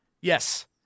Yes